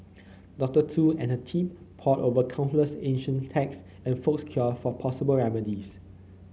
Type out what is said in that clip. Doctor Tu and her team pored over countless ancient text and folks cure for possible remedies